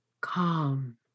Calm